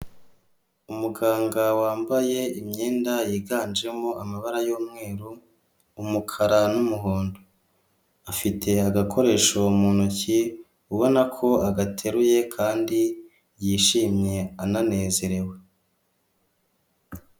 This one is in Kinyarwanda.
Umuganga wambaye imyenda yiganjemo amabara y'umweru, umukara, n'umuhondo. Afite agakoresho mu ntoki, ubona ko agateruye, kandi yishimye, ananezerewe.